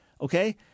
Okay